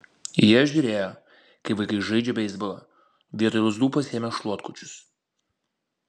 jie žiūrėjo kaip vaikai žaidžia beisbolą vietoj lazdų pasiėmę šluotkočius